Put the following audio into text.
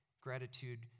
gratitude